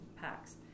packs